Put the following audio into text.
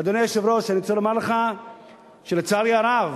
ואדוני היושב-ראש, אני רוצה לומר לך שלצערי הרב